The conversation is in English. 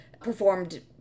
performed